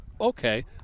okay